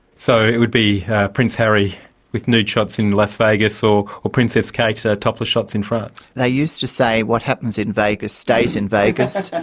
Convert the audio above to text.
so, it would be prince harry with nude shots in las vegas or or princess kate's topless shots in france? they used to say, what happens in vegas stays in vegas,